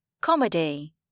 Comedy